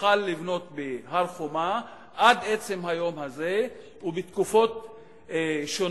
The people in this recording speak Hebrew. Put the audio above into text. והוחל לבנות בהר-חומה עד עצם היום הזה ובתקופות שונות,